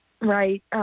right